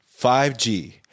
5G